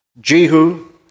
Jehu